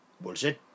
Bullshit